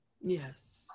Yes